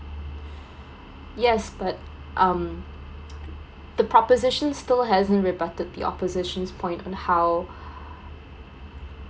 yes but um the proposition still hasn't rebutted the opposition's point on how